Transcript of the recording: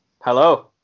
Hello